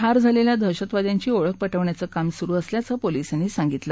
ठार झालखि दहशतवाद्यांची ओळख पटवण्याचं काम सुरु असल्याचं पोलिसांनी सांगितलं